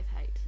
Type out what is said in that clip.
hate